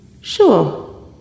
Sure